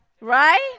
Right